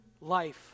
life